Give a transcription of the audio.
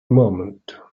moment